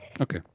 Okay